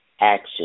action